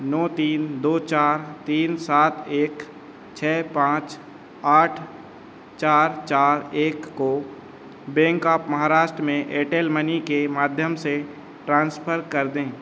नौ तीन दो चार तीन साठ एक छ पाँच आठ चार चार एक को बेंक ऑफ़ महाराष्ट्र में एयरटेल मनी के माध्यम से ट्रांसफ़र कर दें